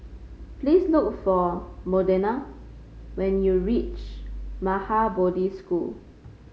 please look for Modena when you reach Maha Bodhi School